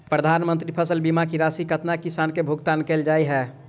प्रधानमंत्री फसल बीमा की राशि केतना किसान केँ भुगतान केल जाइत है?